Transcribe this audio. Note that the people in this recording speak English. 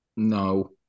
no